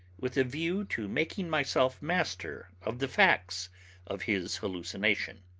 with a view to making myself master of the facts of his hallucination.